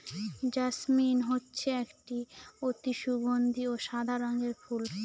jasmine হচ্ছে একটি অতি সগন্ধি ও সাদা রঙের ফুল